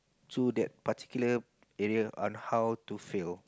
to that particular area on how to fail